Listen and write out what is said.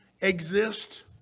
exist